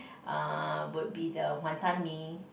uh would be the wanton-mee